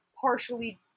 partially